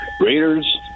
Raiders